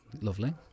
lovely